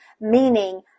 meaning